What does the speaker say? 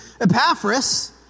Epaphras